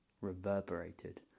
reverberated